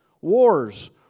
wars